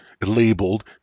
labeled